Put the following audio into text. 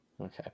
Okay